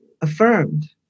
affirmed